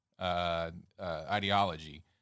ideology